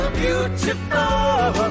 beautiful